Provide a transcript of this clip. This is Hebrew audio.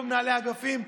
לא מנהלי אגפים,